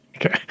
Okay